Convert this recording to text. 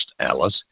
Alice